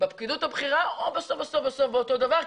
בפקידות הבכירה או בסוף בסוף בסוף באותו דבר,